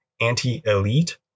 anti-elite